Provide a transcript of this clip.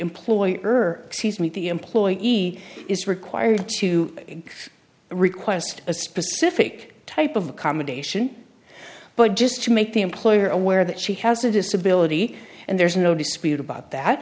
employer her meet the employee is required to request a specific type of accommodation but just to make the employer aware that she has a disability and there's no dispute about that